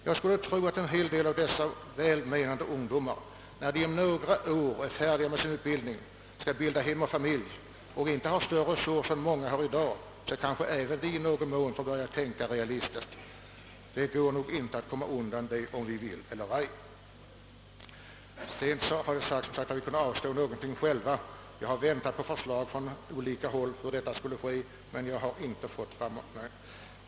Jag skulle tro att en hel del av dessa välmenande ungdomar, när de om några år är färdiga med sin utbildning och skall bilda hem och familj men inte har större resurser än mången har i dag, får börja tänka realistiskt. Vidare har det sagts att vi kunde avstå någonting själva. Jag har väntat på förslag från olika håll om hur detta skulle ske, men jag har inte fått några sådana.